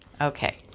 Okay